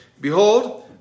Behold